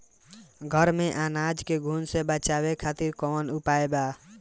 घर में अनाज के घुन से बचावे खातिर कवन उपाय बा?